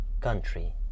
country